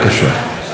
ואחריה,